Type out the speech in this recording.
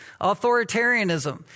Authoritarianism